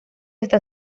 hasta